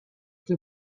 tue